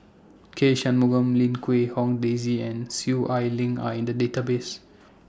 K Shanmugam Lim Quee Hong Daisy and Soon Ai Ling Are in The Database